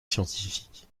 scientifique